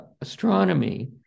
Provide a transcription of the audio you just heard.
astronomy